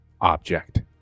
object